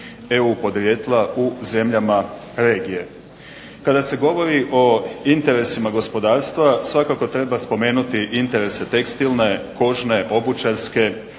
EU podrijetla u zemljama regije. Kada se govori o interesima gospodarstva svakako treba spomenuti interese tekstilne, kožne, obućarske